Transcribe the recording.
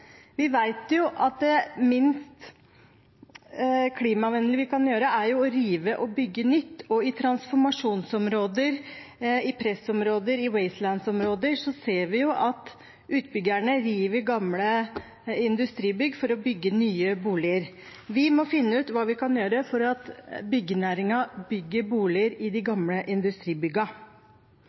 Vi vet jo at det minst klimavennlige vi kan gjøre, er å rive og bygge nytt, og i transformasjonsområder, pressområder og «wasteland»-områder ser vi at utbyggerne river gamle industribygg for å bygge nye boliger. Vi må finne ut hva vi kan gjøre for at byggenæringen bygger boliger i de gamle